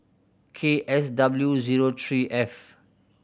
K S W zero three F